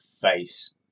face